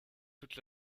toute